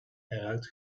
eruit